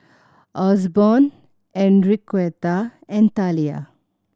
Osborne Enriqueta and Talia